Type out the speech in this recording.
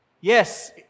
Yes